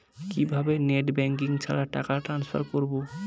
কিভাবে net banking ছাড়া টাকা টান্সফার করব?